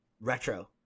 retro